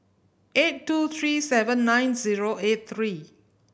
eight two three seven nine zero eight three